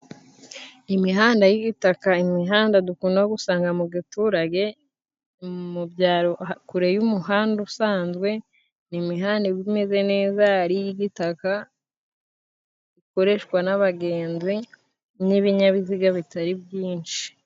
Imihanda y'igitaka, imihanda dukunda gusanga mu giturage mu byaro kure y'umuhanda usanzwe, imihanda iba imeze neza ari iy'igitaka, ikoreshwa n'abagenzi n'ibinyabiziga bitari byinshi.